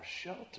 shelter